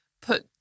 put